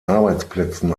arbeitsplätzen